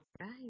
right